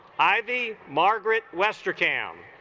ivy margaret westerkamp